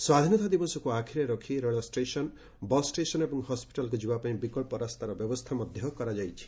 ସ୍ୱାଧୀନତା ଦିବସକୁ ଆଖିରେ ରଖି ରେଳ ଷ୍ଟେସନ୍ ବସ୍ ଷ୍ଟେସନ୍ ଏବଂ ହସ୍ୱିଟାଲ୍କୁ ଯିବା ପାଇଁ ବିକଳ୍ପ ରାସ୍ତାର ବ୍ୟବସ୍କା ମଧ୍ୟ କରାଯାଇଛି